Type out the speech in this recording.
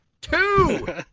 two